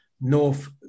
north